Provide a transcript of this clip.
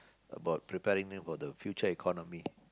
about preparing them for the future economy